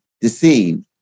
deceived